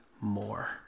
more